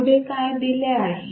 तर पुढे काय दिले आहे